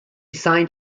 signed